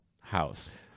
house